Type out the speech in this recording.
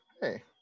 hey